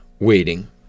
waiting